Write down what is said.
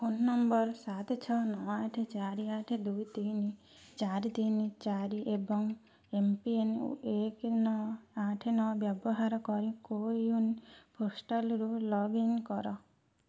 phone number ସାତ ଛଅ ନଅ ଆଠ ଚାରି ଆଠ ଦୁଇ ତିନି ଚାରି ତିନି ଚାରି ଏବଂ ଏମ୍ପିନ୍ ଏକ ନଅ ଆଠ ନଅ ବ୍ୟବହାର କରି କୋୱିନ ପୋଷ୍ଟାଲକୁ ଲଗ୍ଇନ୍ କର